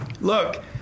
look